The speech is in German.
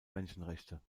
menschenrechte